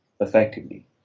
effectively